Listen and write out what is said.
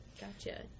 Gotcha